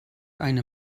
eine